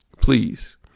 Please